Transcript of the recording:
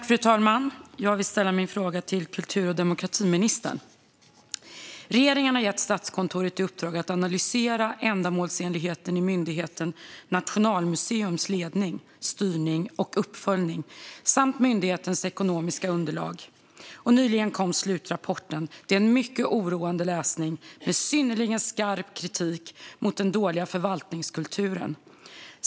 Fru talman! Jag vill ställa min fråga till kultur och demokratiministern. Regeringen har gett Statskontoret i uppdrag att analysera ändamålsenligheten i myndigheten Nationalmuseums ledning, styrning och uppföljning samt myndighetens ekonomiska underlag. Nyligen kom slutrapporten. Det är en mycket oroande läsning med synnerligen skarp kritik mot den dåliga förvaltningskulturen.